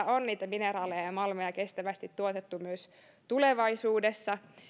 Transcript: on niitä mineraaleja ja malmeja kestävästi tuotettu myös tulevaisuudessa